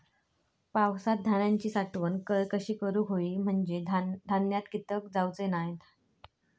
पावसात धान्यांची साठवण कशी करूक होई म्हंजे धान्यात कीटक जाउचे नाय?